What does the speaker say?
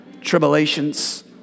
tribulations